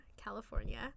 California